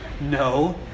No